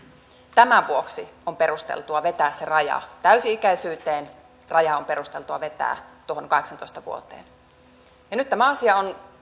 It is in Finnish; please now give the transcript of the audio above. tämän vuoksi on perusteltua vetää se raja täysi ikäisyyteen raja on perusteltua vetää tuohon kahdeksaantoista vuoteen nyt tämä asia on